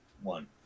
one